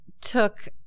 took